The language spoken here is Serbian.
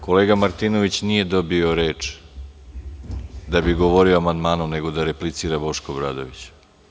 Kolega Martinović nije dobio reč da bi govorio o amandmanu, nego da replicira Bošku Obradoviću.